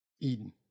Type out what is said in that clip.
Eden